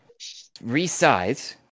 resize